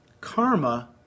Karma